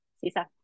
Sisa